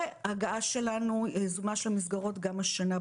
והגעה יזומה שלנו למסגרות גם השנה.